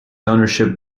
ownership